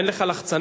אין לך לחצנים?